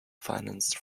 financed